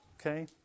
Okay